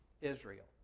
Israel